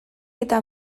eta